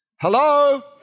Hello